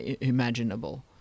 imaginable